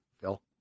Phil